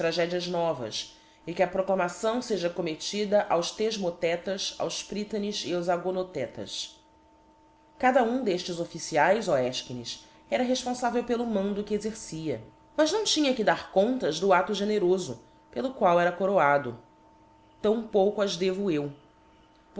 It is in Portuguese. tragedias novas e que a proclamação feja commettida aos thefmothetas aos prytanes e aos agonothetas cada um deftes officiaes ó efchines era refponfavel pelo mando que exercia mas não tinha que dar contas do aólo generofo pelo qual era coroado tão pouco as devo eu